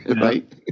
Right